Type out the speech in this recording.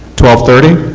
twelve thirty?